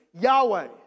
Yahweh